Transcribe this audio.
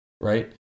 right